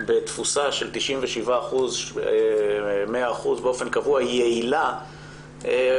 בתפוסה של 97% באופן קבוע היא יעילה,